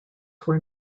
were